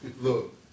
look